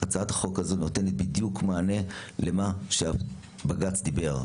הצעת החוק הזו נותנת בדיוק מענה למה שהבג"צ דיבר עליו.